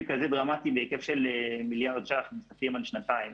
כזה דרמטי בהיקף של מיליארד שקלים נוספים על שנתיים.